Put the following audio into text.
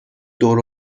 دور